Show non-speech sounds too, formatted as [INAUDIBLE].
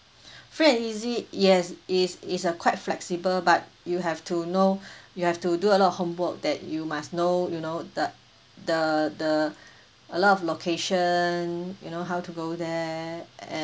[BREATH] free and easy yes it's it's uh quite flexible but you have to know [BREATH] you have to do a lot of homework that you must know you know the the the [BREATH] a lot of location you know how to go there